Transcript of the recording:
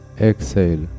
Exhale